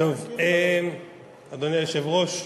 אדוני היושב-ראש,